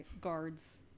guards